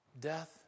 Death